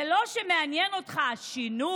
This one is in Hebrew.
זה לא שמעניין אותך השינוי,